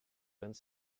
vingt